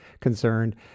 concerned